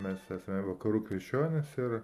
mes esame vakarų krikščionys ir